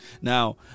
Now